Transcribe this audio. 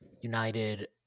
United